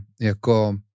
jako